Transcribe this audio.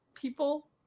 people